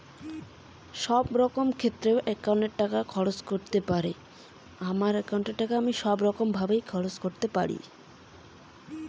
আমার একাউন্ট এর টাকা আমি কোন কোন ক্ষেত্রে খরচ করতে পারি?